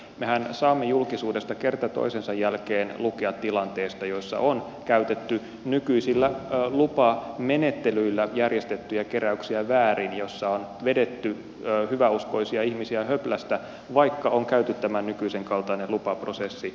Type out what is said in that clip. mehän saamme julkisuudesta kerta toisensa jälkeen lukea tilanteista joissa on käytetty nykyisillä lupamenettelyillä järjestettyjä keräyksiä väärin joissa on vedetty hyväuskoisia ihmisiä höplästä vaikka on käyty tämä nykyisen kaltainen lupaprosessi läpi